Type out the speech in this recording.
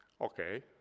Okay